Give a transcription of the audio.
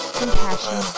compassion